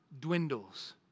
dwindles